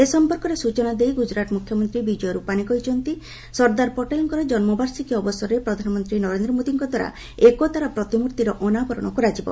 ଏ ସଂପର୍କରେ ସୂଚନା ଦେଇ ଗୁଜରାଟ ମୁଖ୍ୟମନ୍ତ୍ରୀ ବିଜୟ ରୁପାନୀ କହିଛନ୍ତି ସର୍ଦ୍ଦାର ପଟେଲଙ୍କ ଜନ୍ମବାର୍ଷିକୀ ଅବସରରେ ପ୍ରଧାନମନ୍ତ୍ରୀ ନରେନ୍ଦ୍ର ମୋଦିଙ୍କ ଦ୍ୱାରା ଏକତାର ପ୍ରତିମୂର୍ତ୍ତିର ଅନାବରଣ କରାଯିବ